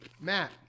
Matt